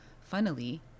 funnily